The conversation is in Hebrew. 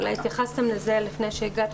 אולי התייחסתם לזה לפני שהגעתי.